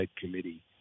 Committee